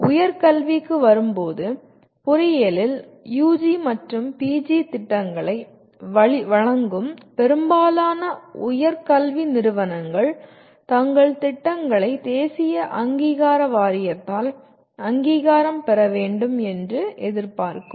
உயர்கல்விக்கு வரும்போது பொறியியலில் யுஜி மற்றும் பிஜி திட்டங்களை வழங்கும் பெரும்பாலான உயர் கல்வி நிறுவனங்கள் தங்கள் திட்டங்களை தேசிய அங்கீகார வாரியத்தால் அங்கீகாரம் பெற வேண்டும் என்று எதிர்பார்க்கும்